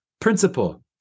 principle